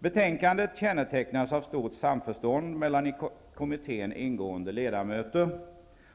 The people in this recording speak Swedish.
Betänkandet kännetecknas av ett stort samförstånd mellan i kommittén ingående ledamöter.